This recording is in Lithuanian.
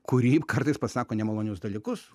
kuri kartais pasako nemalonius dalykus